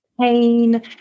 pain